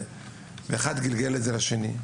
ואחד גלגל את זה לשני,